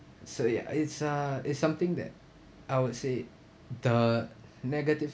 so ya it's a it's something that I would say the negative